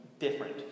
different